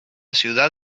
ciudad